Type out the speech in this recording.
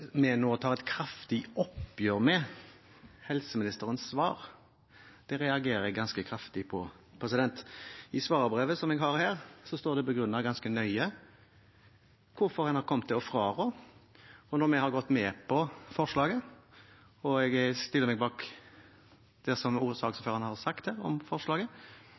med helseministerens svar. Det reagerer jeg ganske kraftig på. I svarbrevet jeg har her, står det begrunnet ganske nøye hvorfor en har kommet fram til å fraråde. Og når vi har gått med på forslaget – og jeg stiller meg bak det saksordføreren her har sagt om forslaget